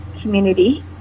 community